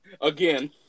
Again